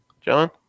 John